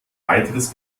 weiteres